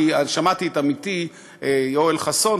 כי שמעתי את עמיתי יואל חסון,